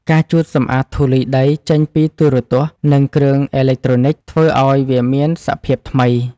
ការជូតសម្អាតធូលីដីចេញពីទូរទស្សន៍ និងគ្រឿងអេឡិចត្រូនិច ធ្វើឱ្យវាមានសភាពថ្មី។